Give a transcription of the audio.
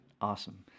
Awesome